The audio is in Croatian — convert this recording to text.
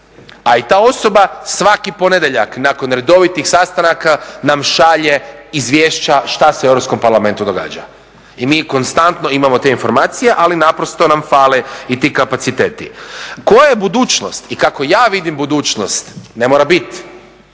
A i ta osoba svaki ponedjeljak nakon redovitih sastanaka nam šalje izvješća šta se u Europskom parlamentu događa. I mi konstantno imamo te informacije, ali naprosto nam fale i ti kapaciteti. Koja je budućnost i kako ja vidim budućnost ne mora bit,